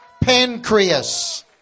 pancreas